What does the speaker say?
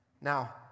Now